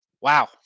Wow